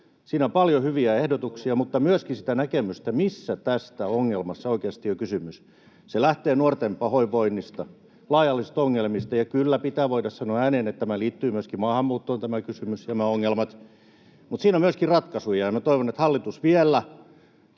Siinä on paljon hyviä ehdotuksia mutta myöskin sitä näkemystä, missä tässä ongelmassa oikeasti on kysymys. Se lähtee nuorten pahoinvoinnista, laaja-alaisista ongelmista, ja kyllä, pitää voida sanoa ääneen, että tämä liittyy myöskin maahanmuuttoon, tämä kysymys ja nämä ongelmat. Mutta siinä on myöskin ratkaisuja, ja toivon, että hallitus vielä